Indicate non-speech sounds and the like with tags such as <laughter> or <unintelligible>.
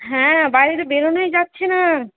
হ্যাঁ বাড়ি <unintelligible> বেরোনোই যাচ্ছে না